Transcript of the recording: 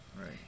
Right